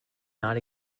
not